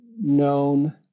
known